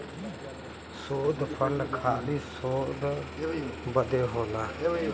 शोध फंड खाली शोध बदे होला